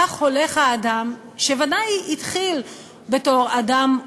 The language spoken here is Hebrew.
כך הולך האדם, שוודאי התחיל בתור אדם,